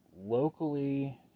locally